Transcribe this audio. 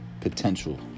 potential